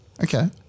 Okay